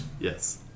Yes